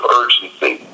urgency